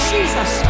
Jesus